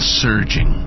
surging